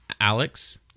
Alex